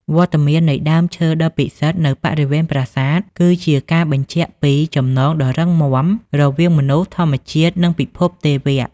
វត្តមាននៃដើមឈើដ៏ពិសិដ្ឋនៅបរិវេណប្រាសាទ គឺជាការបញ្ជាក់ពី ចំណងដ៏រឹងមាំរវាងមនុស្ស ធម្មជាតិ និងពិភពទេវៈ។